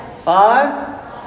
five